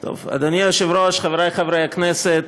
אדוני היושב-ראש, חברי חברי הכנסת,